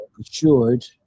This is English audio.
assured